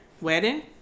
wedding